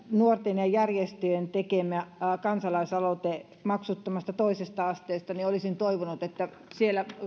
nuorten ja järjestöjen tekemästä kansalaisaloitteesta maksuttomasta toisesta asteesta olisin toivonut että sen kanssa